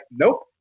nope